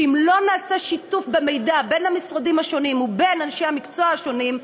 שאם לא נעשה שיתוף במידע בין המשרדים השונים ובין אנשי המקצוע השונים,